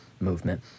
movement